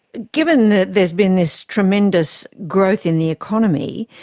given that there's been this tremendous growth in the economy,